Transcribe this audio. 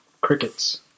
Crickets